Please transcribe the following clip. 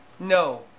No